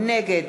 נגד